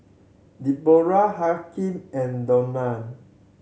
Deborrah Hakim and Donal